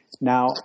Now